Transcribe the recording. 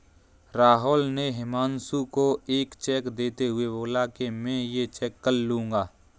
राहुल ने हुमांशु को एक चेक देते हुए बोला कि मैं ये चेक कल लूँगा